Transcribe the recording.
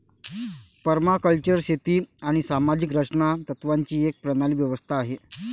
permaculture शेती आणि सामाजिक रचना तत्त्वांची एक प्रणाली व्यवस्था आहे